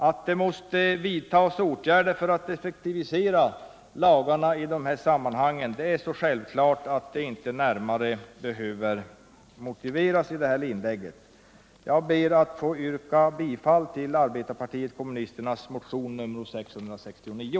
Att det måste vidtas åtgärder för att effektivisera lagarna i detta avseende är så självklart att det inte behöver närmare motiveras i detta inlägg. Jag ber att få yrka bifall till arbetarpartiet kommunisternas motion 669.